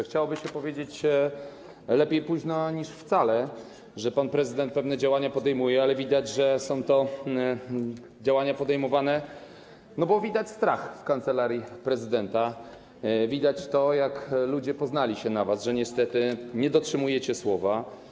Chciałoby się powiedzieć: lepiej późno niż wcale, że pan prezydent pewne działania podejmuje, ale widać, że te działania są podejmowane, bo widać strach w Kancelarii Prezydenta, widać, jak ludzie poznali się na was, że niestety nie dotrzymujecie słowa.